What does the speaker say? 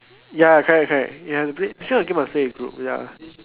ya correct correct you have to play~ this kind of game must play in group ya